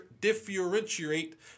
differentiate